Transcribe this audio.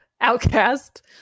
outcast